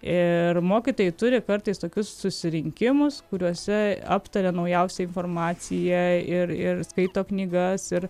ir mokytojai turi kartais tokius susirinkimus kuriuose aptaria naujausią informaciją ir ir skaito knygas ir